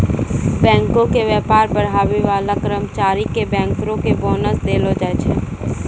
बैंको के व्यापार बढ़ाबै बाला कर्मचारी के बैंकरो के बोनस देलो जाय छै